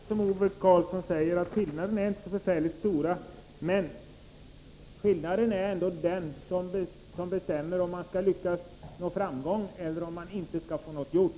Herr talman! Det är som Ove Karlsson säger — skillnaden är inte så förfärligt stor. Men det är ändå den som avgör om man skall få framgång eller om man inte skall få någonting gjort.